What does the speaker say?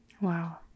Wow